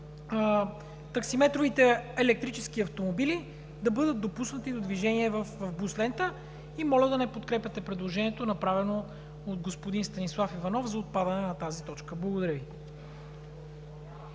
таксиметровите електрически автомобили да бъдат допуснати до движение в бус лентата. И моля да не подкрепяте предложението, направено от господин Станислав Иванов, за отпадане на тази точка. Благодаря Ви.